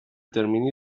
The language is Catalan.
termini